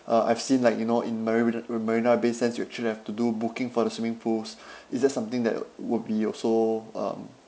uh I've seen like you know in marina marina bay sands you actually have to do booking for the swimming pools it's that something that would be also um